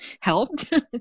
helped